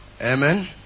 Amen